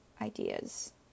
ideas